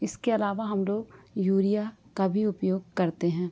इसके अलावा हम लोग यूरिया का भी उपयोग करते हैं